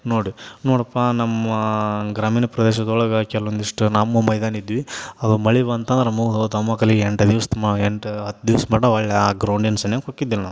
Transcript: ನೋಡಿರಿ ನೋಡಪ್ಪ ನಮ್ಮ ಗ್ರಾಮೀಣ ಪ್ರದೇಶ್ದೊಳಗೆ ಕೆಲವೊಂದಿಷ್ಟು ನಮ್ಮ ಮೈದಾನ ಇದ್ವು ಅದು ಮಳೆ ಬಂತಂದ್ರೆ ಮುಗ್ದೋತು ಎಂಟು ದಿವ್ಸ ಮ ಎಂಟು ಹತ್ತು ದಿವ್ಸ ಮಟ್ಟ ಹೊರ್ಳ್ ಆ ಗ್ರೌಂಡಿನ ಸನಿಹ ಹೋಕ್ತಿದ್ದಿಲ್ಲ ನಾವು